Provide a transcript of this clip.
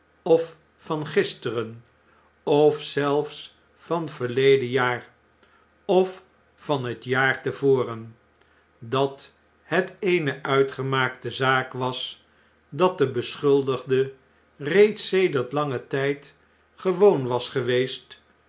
of van gisleren of zelfs van verleden jaar of van het aar te voren dat het eene uitgemaakte zaak as dat de beschuldigde reeds sedert langen ifjd gewoon was geweest